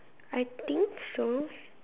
I think so